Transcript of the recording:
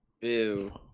Ew